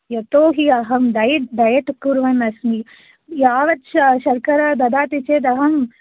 यतो हि अहम् डायेट् डायेट् कुर्वन् अस्मि यावत् शर्करा ददाति चेत् अहम्